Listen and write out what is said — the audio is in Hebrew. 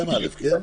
זה 72(א) כן?